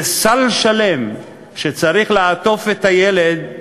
זה סל שלם שצריך לעטוף בו את הילד.